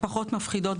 אגב, הפחות מפחידות.